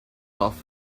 off